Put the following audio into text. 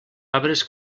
arbres